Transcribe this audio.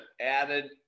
added